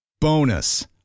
Bonus